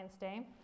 Day